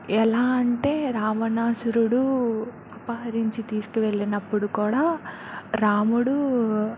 ఎలా అంటే రావణాసురుడు అపహరించి తీసుకువళ్ళినప్పుడు కూడా రాముడు